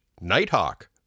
Nighthawk